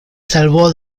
salvó